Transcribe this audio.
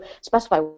specify